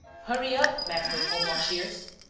hurry up, maitre holmlock shears!